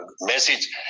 message